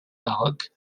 maroc